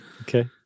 Okay